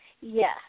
Yes